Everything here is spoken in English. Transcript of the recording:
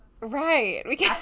right